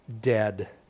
dead